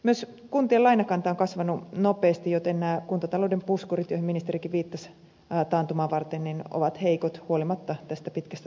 myös kuntien lainakanta on kasvanut nopeasti joten nämä kuntatalouden puskurit joihin ministerikin viittasi taantumaa varten ovat heikot huolimatta tästä pitkästä talouskasvusta